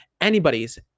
Anybody's